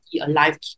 alive